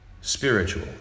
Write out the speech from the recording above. spiritual